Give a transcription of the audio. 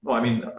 i mean,